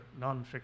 nonfiction